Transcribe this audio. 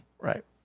right